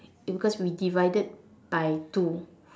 it because we divided by two